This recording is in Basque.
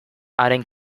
haren